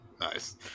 Nice